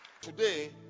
today